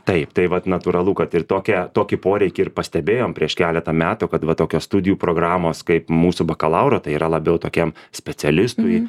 taip tai vat natūralu kad ir tokią tokį poreikį ir pastebėjom prieš keletą metų kad va tokios studijų programos kaip mūsų bakalauro tai yra labiau tokiem specialistui